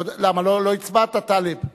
למה, לא הצבעת, טלב?